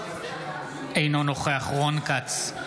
אינו נוכח רון כץ,